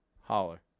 Holler